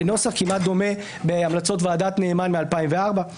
בנוסח כמעט דומה בהמלצות ועדת נאמן מ-2004.